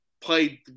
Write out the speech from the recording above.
played